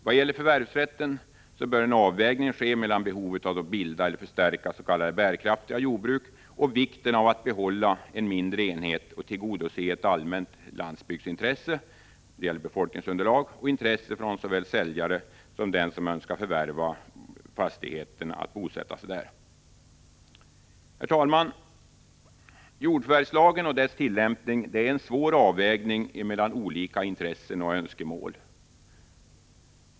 Vad gäller förvärvsrätten bör en avvägning ske mellan behovet av att bilda eller förstärka s.k. bärkraftiga jordbruk och vikten av att behålla en mindre enhet och tillgodose ett allmänt landsbygdsintresse — även i fråga om befolkningsunderlag — och intressena hos såväl säljaren som den som önskar förvärva och bosätta sig på fastigheten. Herr talman! Jordförvärvslagen och dess tillämpning innebär en svår avvägning mellan olika intressen och önskemål.